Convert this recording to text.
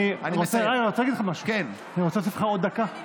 אני רוצה לתת לך עוד דקה,